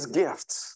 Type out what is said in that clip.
gifts